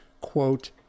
quote